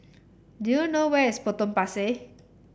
do you know where is Potong Pasir